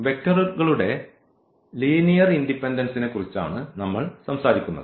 വെക്റ്ററുകളുടെ ലീനിയർ ഇൻഡിപെൻഡൻസിനെക്കുറിച്ച് ആണ് നമ്മൾ സംസാരിക്കുന്നത്